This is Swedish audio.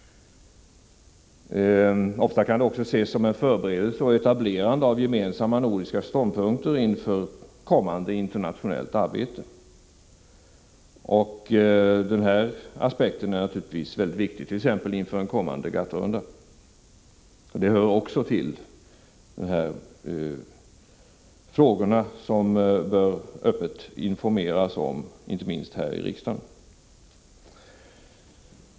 Ofta kan det också ses som en förberedelse för och ett etablerande av nordiska ståndpunkter inför kommande internationellt arbete. Den här aspekten är naturligtvis mycket viktig, t.ex. inför en kommande GATT-runda. Den saken hör också till de frågor som det öppet bör informeras om, inte minst här i riksdagen.